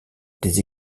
des